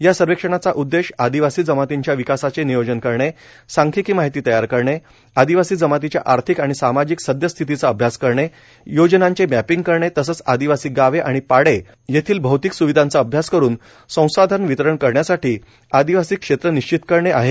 या सर्वेक्षणाचा उददेश आदिवासी जमातींच्या विकासाचे नियोजन करणे सांख्यिकी माहिती तयार करणे आदिवासी जमातींच्या आर्थिक आणि सामाजिक सद्यस्थितीचा अभ्यास करणे योजनांचे मपिंग करणे तसेच आदिवासी गावे आणि पाडे येथील भौतिक स्विधांचा अभ्यास करून संसाधन वितरण करण्यासाठी आदिवासी क्षेत्रे निश्चित करणे आहे